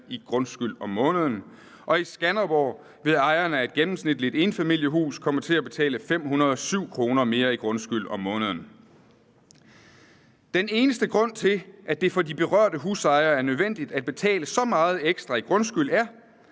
i grundskyld om måneden, og i Skanderborg vil ejerne af et gennemsnitligt enfamiliehus komme til at betale 507 kr. mere i grundskyld måneden. Den eneste grund til, at det for de berørte huslejer er nødvendigt at betale så meget ekstra i grundskyld, er,